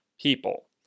people